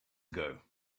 ago